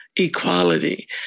Equality